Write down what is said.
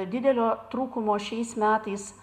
didelio trūkumo šiais metais